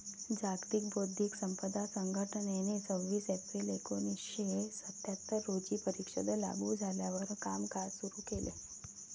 जागतिक बौद्धिक संपदा संघटनेने सव्वीस एप्रिल एकोणीसशे सत्याहत्तर रोजी परिषद लागू झाल्यावर कामकाज सुरू केले